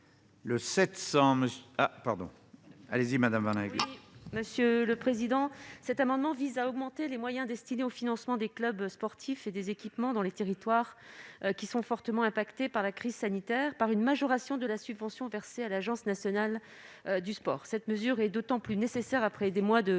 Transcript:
libellé : La parole est à Mme Sabine Van Heghe Cet amendement vise à augmenter les moyens destinés au financement des clubs sportifs et des équipements dans les territoires qui sont fortement impactés par la crise sanitaire, une majoration de la subvention versée à l'Agence nationale du sport. Cette mesure est d'autant plus nécessaire qu'elle interviendrait